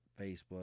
Facebook